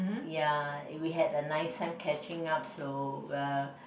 ya we had a nice time catching up so uh